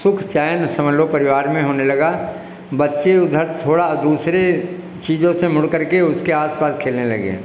सुख चैन समझ लो परिवार में होने लगा बच्चे उधर थोड़ा दूसरे चीज़ों से मुड़कर के उसके आस पास खेलने लगे हैं